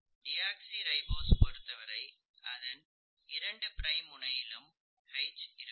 deoxyribose பொருத்தவரை அதன் 2 prime முனையிலும் H இருக்கும்